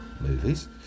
movies